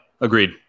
agreed